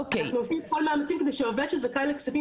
אנחנו עושים את כל המאמצים שעובד שזכאי לכספים